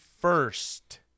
first